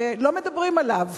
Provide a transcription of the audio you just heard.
שלא מדברים עליו.